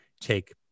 take